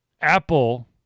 Apple